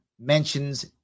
mentions